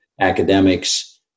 academics